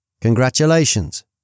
congratulations